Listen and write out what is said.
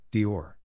Dior